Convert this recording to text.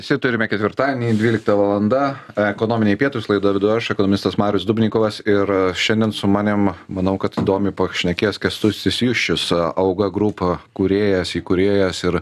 visi turime ketvirtadienį dvylikta valanda ekonominiai pietūs laidą vedu aš ekonomistas marius dubnikovas ir šiandien su manim manau kad įdomiai pašnekės kęstutis juščius auga group kūrėjas įkūrėjas ir